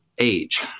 age